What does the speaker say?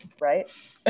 Right